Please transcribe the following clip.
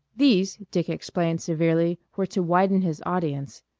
these, dick explained severely, were to widen his audience.